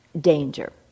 danger